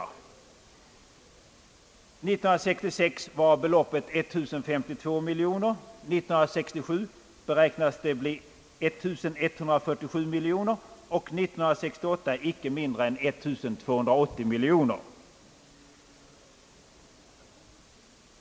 År 1966 var beloppet 1052 miljoner, det beräknas bli 1147 miljoner 1967 och icke mindre än 1280 miljoner 1968.